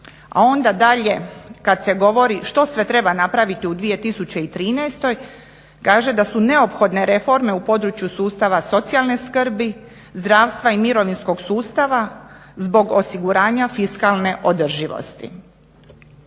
a onda dalje kad se govori što sve treba napraviti u 2013. kaže da su neophodne reforme u području sustava socijalne skrbi, zdravstva i mirovinskog sustava zbog osiguranja fiskalne održivosti.